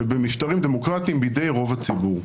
ובמשטרים דמוקרטיים בידי רוב הציבור.